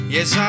Yes